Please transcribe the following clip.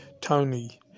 Tony